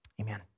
Amen